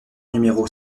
numéro